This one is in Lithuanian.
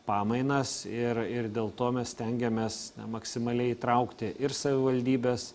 pamainas ir ir dėl to mes stengiamės maksimaliai įtraukti ir savivaldybes